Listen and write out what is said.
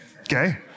okay